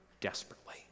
desperately